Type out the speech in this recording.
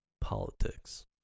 politics